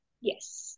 Yes